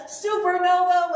supernova